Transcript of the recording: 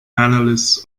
analysts